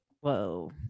whoa